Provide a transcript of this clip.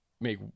make